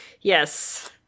yes